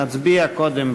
נצביע קודם,